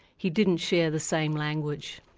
he didn't share the same language.